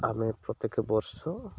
ଆମେ ପ୍ରତ୍ୟେକ ବର୍ଷ